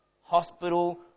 Hospital